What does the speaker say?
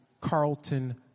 Carlton